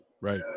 right